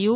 you